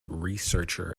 researcher